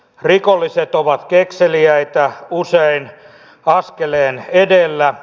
rikolliset ovat kekseliäitä usein askeleen edellä